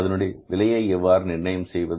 அதனுடைய விலையை எவ்வாறு நிர்ணயம் செய்வது